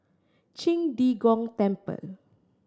Qing De Gong Temple